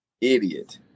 Idiot